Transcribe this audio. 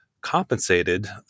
compensated